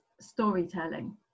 storytelling